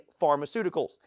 pharmaceuticals